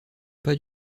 pas